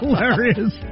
hilarious